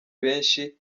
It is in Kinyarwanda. benshi